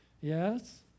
Yes